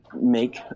make